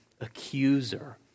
accuser